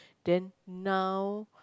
then now